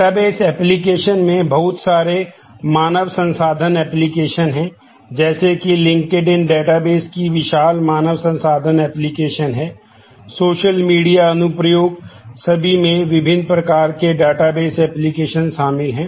database शामिल हैं